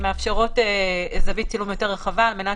שמאפשרות זווית צילום יותר רחבה על מנת